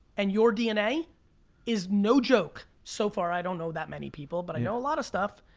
and your dna is no joke. so far, i don't know that many people, but i know a lot of stuff